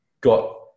got